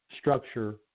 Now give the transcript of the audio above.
structure